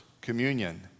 communion